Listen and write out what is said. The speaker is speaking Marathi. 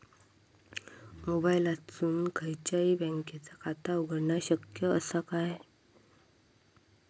मोबाईलातसून खयच्याई बँकेचा खाता उघडणा शक्य असा काय?